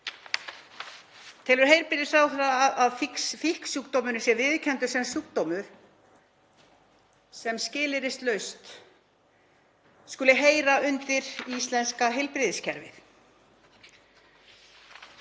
Telur heilbrigðisráðherra að fíknisjúkdómurinn sé viðurkenndur sem sjúkdómur sem skilyrðislaust skuli heyra undir íslenska heilbrigðiskerfið?